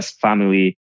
family